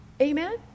Amen